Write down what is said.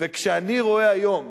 וכשאני רואה היום